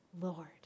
Lord